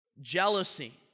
jealousy